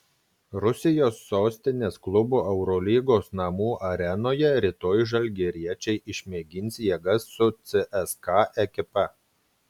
rusijos sostinės klubo eurolygos namų arenoje rytoj žalgiriečiai išmėgins jėgas su cska ekipa